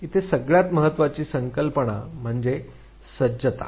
इथे सगळ्यात महत्वाची संकल्पना म्हणजे सज्जता